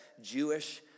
Jewish